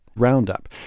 Roundup